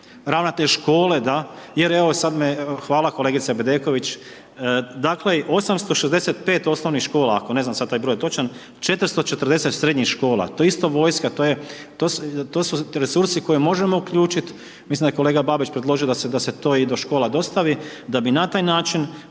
ravnatelj škole da, jer evo i sad me, hvala kolegice Bedeković, dakle 865 osnovnih škola, ako ne znam sad taj broj točan, 440 srednjih škola, to je isto vojska, to je, to su resursi koje možemo uključit, mislim da je kolega Babić predložio da se to i do škola dostavi, da bi na taj način